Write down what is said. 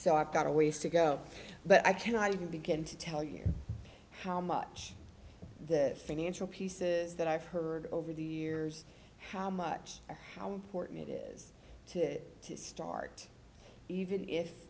so i've got a ways to go but i cannot even begin to tell you how much the financial pieces that i've heard over the years how much or how important it is to to start even if